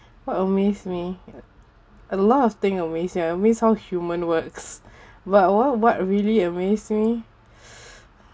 what amazes me a lot of things amaze sia amaze how human works but what what really amaze mes